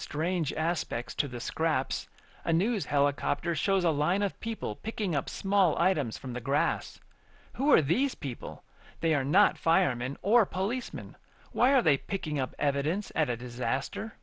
strange aspects to the scraps a news helicopter shows a line of people picking up small items from the grass who are these people they are not firemen or policemen why are they picking up evidence at a disaster